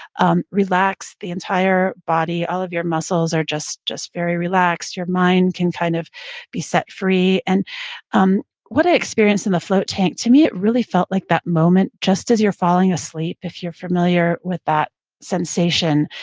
um relax the entire body. all of your muscles are just just very relaxed. your mind can kind of be set free and um what i experienced in the float tank, to me, it really felt like that moment just as you're falling asleep, if you're familiar with that sensation,